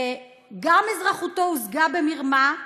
גם אזרחותו הושגה במרמה,